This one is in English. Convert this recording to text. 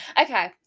okay